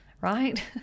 right